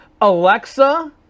Alexa